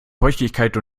feuchtigkeit